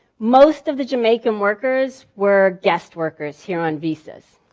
most of the jamaican workers were guest workers here on visas.